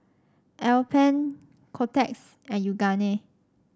Alpen Kotex and Yoogane